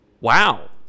Wow